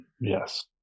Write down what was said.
yes